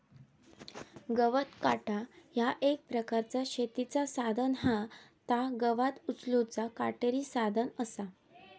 गवत काटा ह्या एक प्रकारचा शेतीचा साधन हा ता गवत उचलूचा काटेरी साधन असा